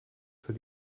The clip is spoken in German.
für